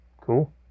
Cool